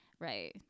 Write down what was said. Right